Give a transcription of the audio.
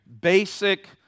basic